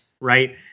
right